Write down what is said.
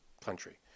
country